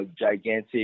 Gigantic